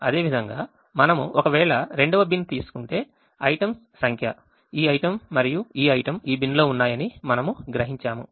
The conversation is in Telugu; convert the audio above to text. అదేవిధంగా మనము ఒకవేళ రెండవ బిన్ తీసుకుంటే items సంఖ్య ఈ item మరియు ఈ item ఈ బిన్లో ఉన్నాయని మనము గ్రహించాము